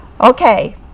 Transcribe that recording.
Okay